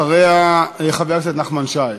אחריה חבר הכנסת נחמן שי.